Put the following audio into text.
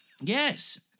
Yes